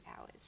hours